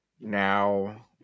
now